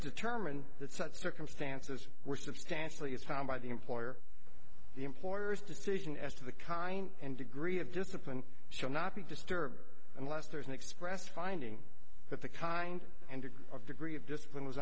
determined that such circumstances were substantially is found by the employer the employer's decision as to the kind and degree of discipline should not be disturbed unless there is an expressed finding that the kind of degree of discipline was